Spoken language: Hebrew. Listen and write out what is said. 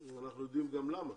ואנחנו גם יודעים למה.